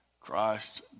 Christ